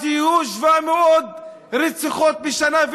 אז יהיו 700 רציחות בשנה,